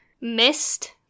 missed